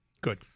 Good